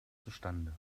zustande